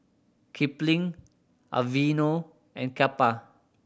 Kipling Aveeno and Kappa